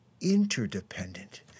interdependent